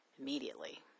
immediately